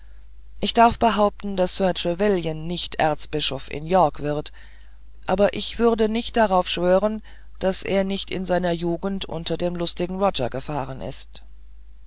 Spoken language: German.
ich darf behaupten daß sir trevelyan nicht erzbischof in york wird aber ich würde nicht darauf schwören daß er nicht in seiner jugend unter dem lustigen roger gefahren ist